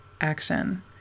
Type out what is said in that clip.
action